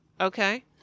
Okay